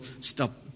stop